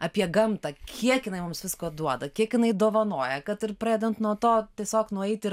apie gamtą kiek jinai mums visko duoda kiek jinai dovanoja kad ir pradedant nuo to tiesiog nueit ir